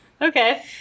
Okay